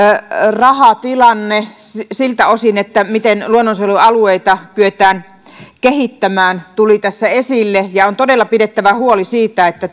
rahatilanne siltä osin miten luonnonsuojelualueita kyetään kehittämään tuli tässä esille on todella pidettävä huoli siitä että